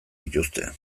dituzte